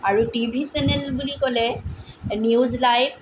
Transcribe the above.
আৰু T V channel বুলি ক'লে নিউজ লাইভ